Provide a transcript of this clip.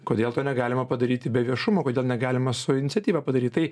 kodėl to negalima padaryti be viešumo kodėl negalima su iniciatyva padaryti tai